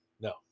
No